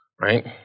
right